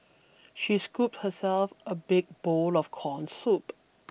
she scooped herself a big bowl of corn soup